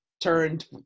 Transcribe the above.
turned